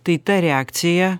tai ta reakcija